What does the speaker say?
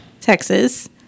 Texas